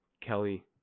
Kelly